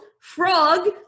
frog